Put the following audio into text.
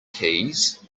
keys